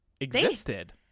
existed